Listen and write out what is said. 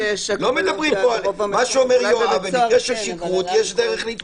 מה שאומר יואב, יש שכרות, יש דרך להתמודד עם זה.